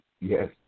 yes